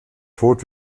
tod